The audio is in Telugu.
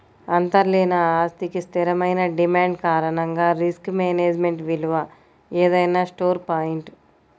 అంతర్లీన ఆస్తికి స్థిరమైన డిమాండ్ కారణంగా రిస్క్ మేనేజ్మెంట్ విలువ ఏదైనా స్టోర్ పాయింట్